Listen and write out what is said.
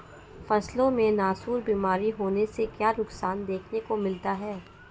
फसलों में नासूर बीमारी होने से क्या नुकसान देखने को मिलता है?